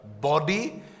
body